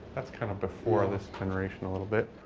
that's kind of before this generation a little bit.